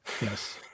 Yes